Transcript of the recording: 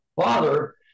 father